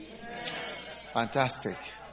Fantastic